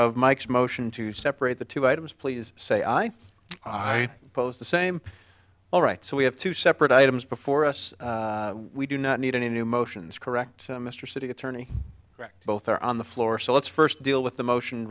of mike's motion to separate the two items please say i i pose the same all right so we have two separate items before us we do not need any new motions correct mr city attorney right both are on the floor so let's first deal with the motion